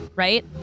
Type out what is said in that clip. right